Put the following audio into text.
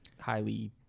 highly